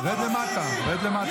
רד למטה.